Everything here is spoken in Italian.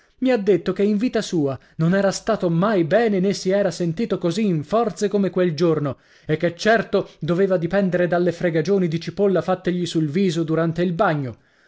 mi ha detto che in vita sua non era stato mai bene né si era sentito così in forze come quel giorno e che certo doveva dipendere dalle fregagioni di cipolla fattegli sul viso durante il bagno